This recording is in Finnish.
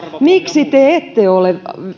miksi te ette ole